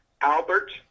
Albert